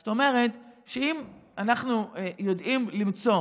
זאת אומרת, אם אנחנו יודעים למצוא